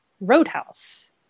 Roadhouse